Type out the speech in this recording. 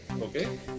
okay